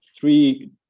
three